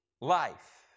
life